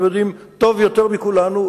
הם יודעים יותר טוב מכולנו,